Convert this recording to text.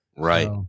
Right